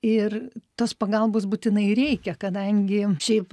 ir tos pagalbos būtinai reikia kadangi šiaip